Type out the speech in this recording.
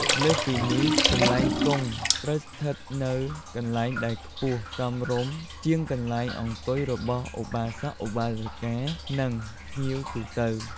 លើសពីនេះ កន្លែងគង់ត្រូវស្ថិតនៅកន្លែងដែលខ្ពស់សមរម្យជាងកន្លែងអង្គុយរបស់ឧបាសក-ឧបាសិកា និងភ្ញៀវទូទៅ។